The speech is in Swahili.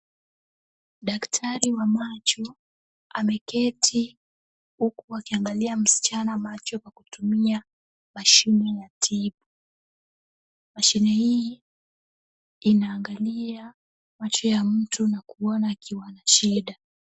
Daktari wa macho ameketi huku akiangalia msichana macho akitumia mashine ya kutibu. Mashine hii inaangalia macho ya mtu na kuona akiwa na shida.